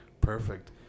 Perfect